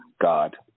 God